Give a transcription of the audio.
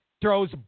throws